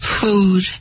food